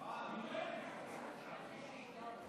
ואני אומר לכם שזאת המשימה שלנו.